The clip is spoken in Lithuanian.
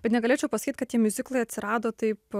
bet negalėčiau pasakyt kad tie miuziklai atsirado taip